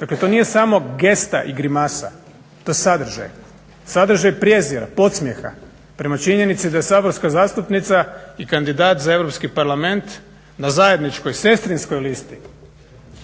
Dakle to nije samo gesta i grimasa, to je sadržaj, sadržaj prijezira, podsmijeha prema činjenici da je saborska zastupnica i kandidat za Europski parlament na zajedničkoj sestrinskoj listi,